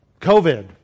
COVID